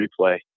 replay